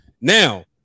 now